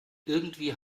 irgendwie